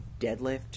deadlift